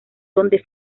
donde